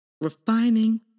refining